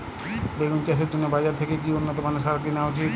বেগুন চাষের জন্য বাজার থেকে কি উন্নত মানের সার কিনা উচিৎ?